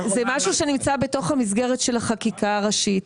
זה משהו שנמצא בתוך המסגרת של החקיקה הראשית,